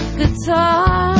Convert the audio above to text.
guitar